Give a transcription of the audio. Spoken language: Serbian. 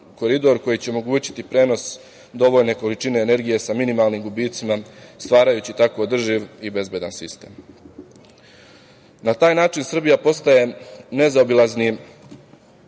koridor koji će omogućiti prenos dovoljne količine energije sa minimalnim gubicima stvarajući tako održiv i bezbedan sistem. Na taj način Srbija postaje nezaobilazni